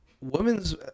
women's